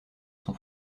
son